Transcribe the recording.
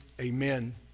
Amen